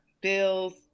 Bills